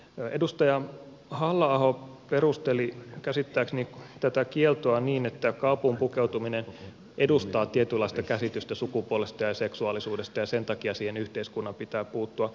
edustaja halla aho perusteli käsittääkseni tätä kieltoa niin että kaapuun pukeutuminen edustaa tietynlaista käsitystä sukupuolesta ja seksuaalisuudesta ja sen takia siihen yhteiskunnan pitää puuttua